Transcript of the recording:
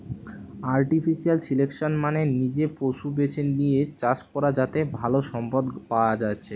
artificial selection মানে নিজে পশু বেছে লিয়ে চাষ করা যাতে ভালো সম্পদ পায়া যাচ্ছে